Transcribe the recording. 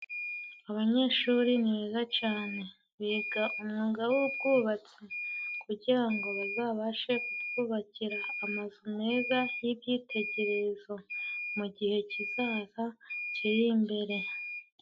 Abanyeshuri ni beza cane, biga umwuga w'ubwubatsi kugirango bazabashe kutwubakira amazu meza y'ibyitegererezo mu gihe kizaza, kiri imbere.